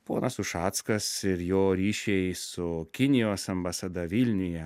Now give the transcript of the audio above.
ponas ušackas ir jo ryšiai su kinijos ambasada vilniuje